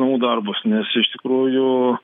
namų darbus nes iš tikrųjų